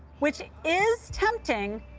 which is tempting,